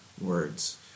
words